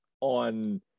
on